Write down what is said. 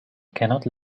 cannot